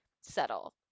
settle